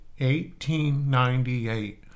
1898